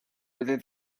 within